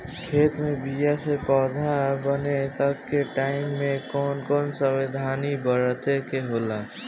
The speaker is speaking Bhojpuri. खेत मे बीया से पौधा बने तक के टाइम मे कौन कौन सावधानी बरते के होला?